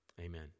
Amen